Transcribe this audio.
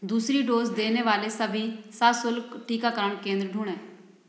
दूसरी डोज़ देने वाले सभी सशुल्क टीकाकरण केंद्र ढूँढें